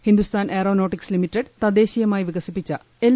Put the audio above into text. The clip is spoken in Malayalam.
ഹിന്ദുസ്ഥാൻ ഏറോനോട്ടിക്സ് ലിമിറ്റഡ് തദ്ദേശീയമായി വികസിപ്പിച്ച എൽ